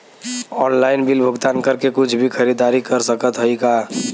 Online bill भुगतान करके कुछ भी खरीदारी कर सकत हई का?